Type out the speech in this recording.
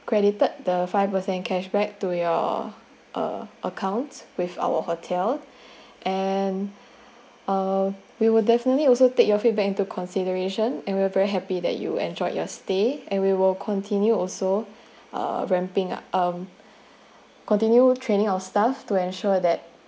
credited the five percent cashback to your uh account with our hotel and uh we will definitely also take your feedback into consideration and we were very happy that you enjoyed your stay and we will continue also uh ramping up um continue training our staff to ensure that